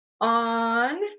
on